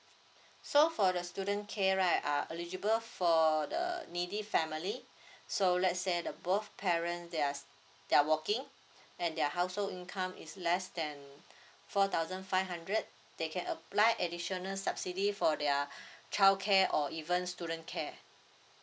so for the student care right are eligible for the needy family so let's say the both parents they are they are working and their household income is less than four thousand five hundred they can apply additional subsidy for their childcare or even student care